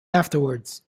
afterwards